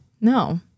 no